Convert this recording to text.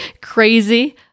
crazy